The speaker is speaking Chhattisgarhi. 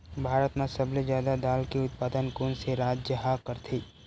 भारत मा सबले जादा दाल के उत्पादन कोन से राज्य हा करथे?